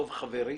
דב חברי,